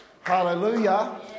Hallelujah